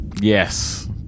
Yes